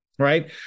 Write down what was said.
Right